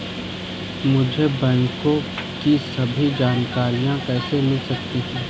मुझे बैंकों की सभी जानकारियाँ कैसे मिल सकती हैं?